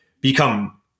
become